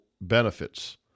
benefits